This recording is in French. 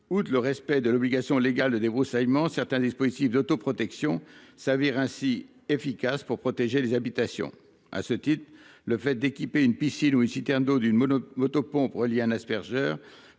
ou le respect de l'obligation légale de débroussaillement certains dispositifs d'autoprotection, ça vire ainsi efficace pour protéger les habitations. À ce titre, le fait d'équiper une piscine ou une citerne d'eau d'une mono moto-pompe un. Heure